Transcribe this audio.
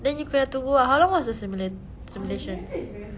then you kena tunggu ah how long was the similu~ simulation